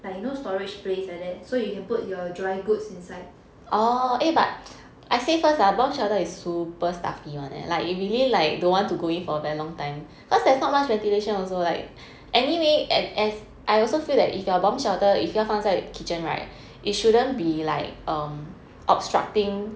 like you know storage place like that so you can put your dry goods inside